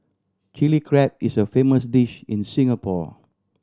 Chilli Crab is a famous dish in Singapore